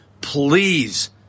Please